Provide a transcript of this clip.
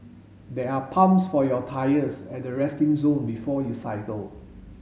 there are pumps for your tyres at the resting zone before you cycle